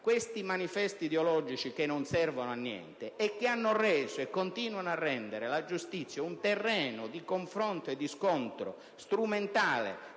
questi manifesti ideologici che non servono a niente e che hanno reso e continuano a rendere la giustizia un terreno di confronto e di scontro strumentale,